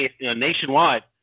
nationwide